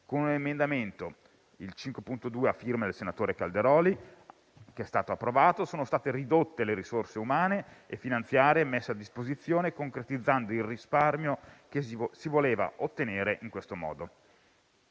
Con l'emendamento approvato 5.2, a firma del senatore Calderoli, sono state ridotte le risorse umane e finanziarie messe a disposizione, concretizzando il risparmio che si voleva ottenere in questo modo.